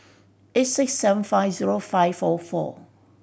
eight six seven five zero five four four